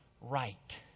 right